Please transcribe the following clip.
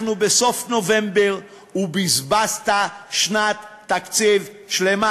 אנחנו בסוף נובמבר, ובזבזת שנת תקציב שלמה.